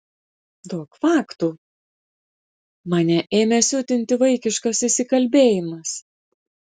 duok faktų mane ėmė siutinti vaikiškas įsikalbėjimas